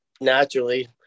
naturally